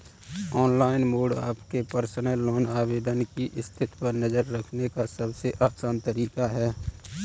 online mode आपके personal loan आवेदन की स्थिति पर नज़र रखने का सबसे आसान तरीका है